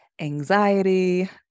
anxiety